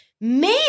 Man